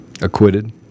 Acquitted